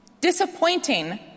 Disappointing